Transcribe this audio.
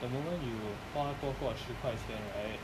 the moment you 花多过十块钱 right